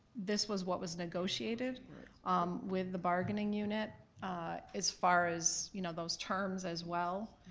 this was what was negotiated with the bargaining unit as far as you know those terms as well.